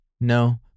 No